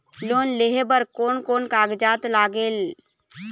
Loan लेहे बर कोन कोन कागजात लागेल?